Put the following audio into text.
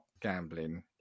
gambling